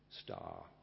star